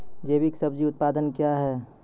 जैविक सब्जी उत्पादन क्या हैं?